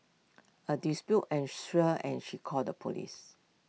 A dispute ensued and she called the Police